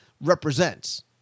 represents